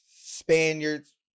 Spaniards